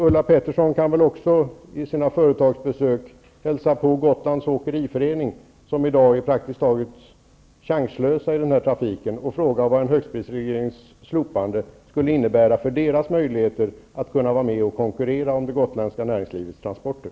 Ulla Pettersson kan väl också vid sina företagsbesök hälsa på hos Gotlands åkeriförening, som i dag är praktiskt taget chanslös när det gäller den här trafiken, och fråga vad ett slopande av högstprisregleringen skulle innebära för Åkeriföreningens möjligheter att vara med och konkurrera om det gotländska näringslivets transporter.